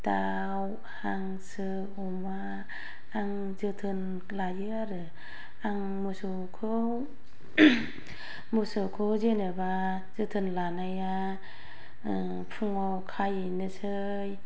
दाउ हांसो अमा आं जोथोन लायो आरो आं मोसौखौ मोसौखौ जेनेबा जोथोन लानाया फुङाव खाहैनोसै